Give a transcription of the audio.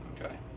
Okay